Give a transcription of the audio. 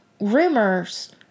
rumors